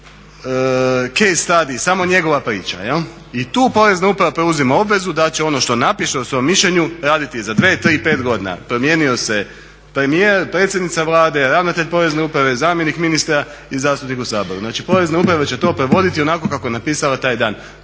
… stadij samo njegova priča. I tu Porezna uprava preuzima obvezu da ono što napiše u svom mišljenju raditi za 2, 3, 5 godina, promijenio se premijer, predsjednica vlade, ravnatelj porezne uprave, zamjenik ministra i zastupnik u Saboru. znači Porezna uprava će to provoditi onako kako je napisala taj dan.